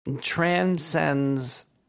transcends